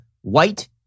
white